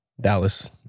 Dallas